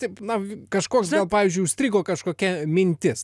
taip na kažkoks pavyzdžiui užstrigo kažkokia mintis